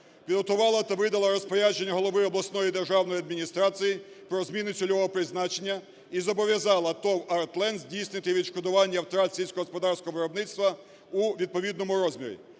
підготувало та видало розпорядження голови обласної державної адміністрації про зміну цільового призначення і зобов'язало ТОВ "АРТ ЛЕНД" здійснити відшкодування втрат сільськогосподарського виробництва у відповідному розмірі.